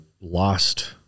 lost